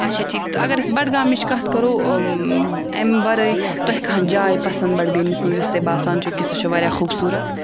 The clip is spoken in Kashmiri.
اچھا ٹھیٖک اگر أسۍ بڈگامٕچ کَتھ کَرو اَمہِ وَرٲے تۄہہِ کانہہ جاے پسند بڈگٲمِس منٛز یُس تۄہہِ باسان چھُو کہِ سُہ چھِ واریاہ خوٗبصوٗرت